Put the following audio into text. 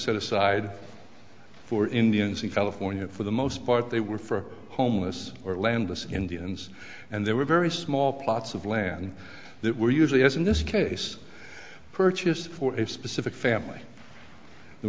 set aside for indians in california for the most part they were for homeless or landless indians and there were very small plots of land that were usually as in this case purchased for a specific family there